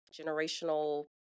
generational